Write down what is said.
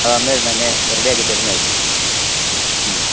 അതന്നേരം തന്നെ റെഡിയാക്കി തരുന്നതായിരിക്കും മ്